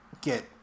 get